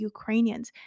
Ukrainians